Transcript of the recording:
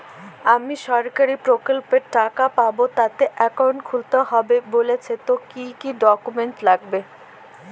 আমি সরকারি প্রকল্পের টাকা পাবো তাতে একাউন্ট খুলতে হবে বলছে তো কি কী ডকুমেন্ট লাগবে?